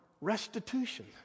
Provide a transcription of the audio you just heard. restitution